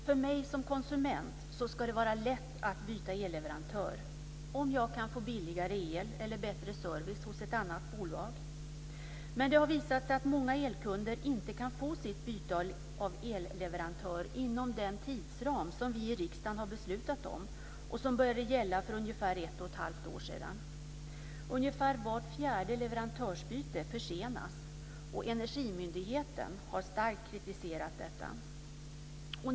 För mig som konsument ska det vara lätt att byta elleverantör om jag kan få billigare el eller bättre service hos ett annat bolag. Men det har visat sig att många elkunder inte kan få sitt byte av elleverantör inom den tidsram som vi i riksdagen har beslutat om och som började gälla för ungefär ett och ett halvt år sedan. Ungefär var fjärde leverantörsbyte försenas. Energimyndigheten har starkt kritiserat detta.